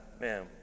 man